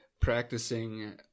practicing